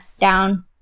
down